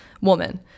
woman